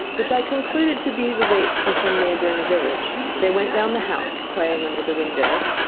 which i concluded to be the waits from some neighbouring village. they went round the house, playing under the windows.